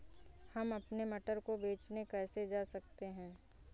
हम अपने मटर को बेचने कैसे जा सकते हैं?